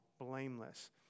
blameless